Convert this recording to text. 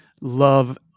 love